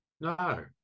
No